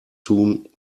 soon